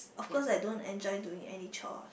of course I don't enjoy doing any chore